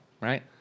right